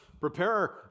prepare